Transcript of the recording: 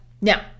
Now